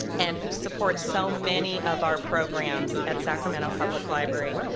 and who support so many of our programs at sacramento public library.